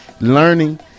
Learning